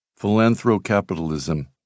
Philanthrocapitalism